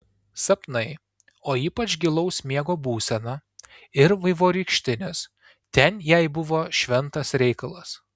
sapnai o ypač gilaus miego būsena ir vaivorykštinis ten jai buvo šventas reikalas